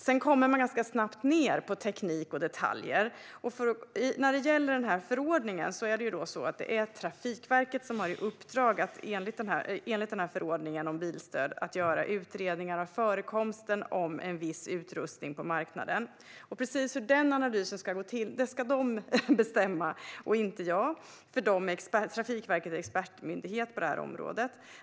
Sedan kommer man ganska snabbt in på teknik och detaljer. När det gäller denna förordning är det Trafikverket som har i uppdrag att enligt denna förordning om bilstöd göra utredningar av förekomsten av en viss utrustning på marknaden. Hur denna analys exakt ska gå till ska de bestämma och inte jag, eftersom Trafikverket är expertmyndighet på detta område.